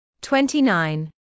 Twenty-nine